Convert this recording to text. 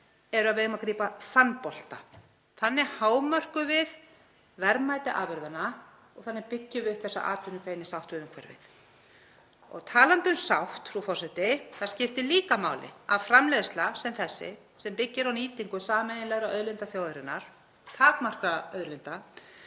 þau að við eigum að grípa þann bolta. Þannig hámörkum við verðmæti afurðanna og þannig byggjum við þessa atvinnugrein upp í sátt við umhverfið. Og talandi um sátt, frú forseti, þá skiptir líka máli að framleiðsla sem þessi, sem byggir á nýtingu sameiginlegra auðlinda þjóðarinnar, takmarkaðra auðlinda,